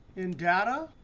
in data,